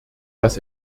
dass